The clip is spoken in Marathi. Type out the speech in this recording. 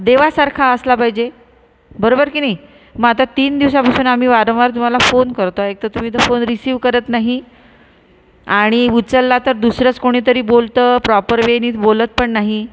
देवासारखा असला पाहिजे बरोबर किनई मग आता तीन दिवसापासून आम्ही वारंवार तुम्हाला फोन करतोय एक तर तुम्ही तर फोन रिसीव करत नाही आणि उचलला तर दुसरंच कोणीतरी बोलतं प्रॉपर वेनी बोलत पण नाही